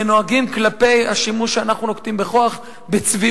שנוהגים כלפי השימוש בכוח שאנחנו נוקטים בצביעות.